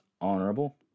honorable